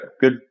good